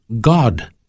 God